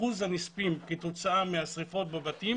אחוז הנספים כתוצאה מהשריפות בבתים,